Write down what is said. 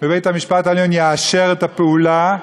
בבית-המשפט העליון יאשר את הפעולה,